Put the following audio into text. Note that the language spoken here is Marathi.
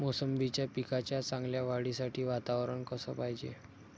मोसंबीच्या पिकाच्या चांगल्या वाढीसाठी वातावरन कस पायजे?